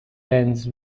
ends